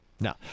No